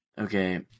Okay